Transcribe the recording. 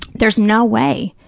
there's no way.